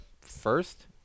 first